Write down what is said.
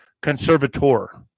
conservator